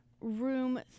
room